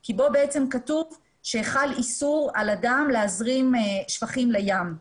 כי בו בעצם כתוב שחל איסור על אדם להזרים שפכים לים.